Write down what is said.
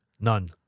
None